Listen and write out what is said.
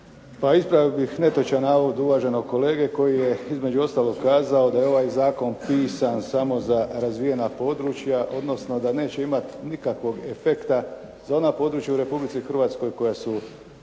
ispravio bih netočan navod uvaženog kolege koji je između ostalog kazao da je ovaj zakon pisan samo za razvijena područja, odnosno da neće imati nikakvog efekta za ona područja u Republici Hrvatskoj koja su,